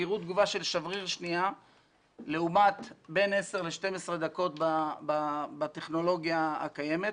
מהירות תגובה של שבריר שנייה לעומת בין 10 ל-12 דקות בטכנולוגיה הקיימת.